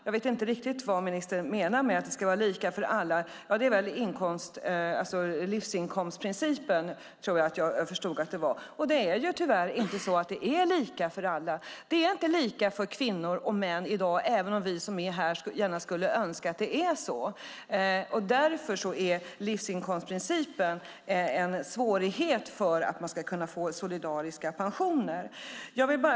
Jag vet inte riktigt vad ministern menar med att det ska vara lika för alla. Jag tror att jag förstår att det är livsinkomstprincipen. Tyvärr är det inte lika för alla. Det är inte lika för kvinnor och män i dag, även om vi som är här gärna skulle önska att det vore så. Därför är livsinkomstprincipen en svårighet för att man ska kunna få solidariska pensioner.